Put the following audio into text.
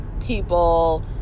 people